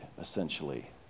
essentially